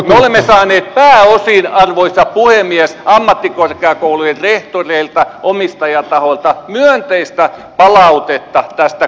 me olemme saaneet pääosin arvoisa puhemies ammattikorkeakoulujen rehtoreilta omistajatahoilta myönteistä palautetta tästä kokonaisratkaisusta